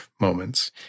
moments